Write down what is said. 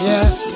Yes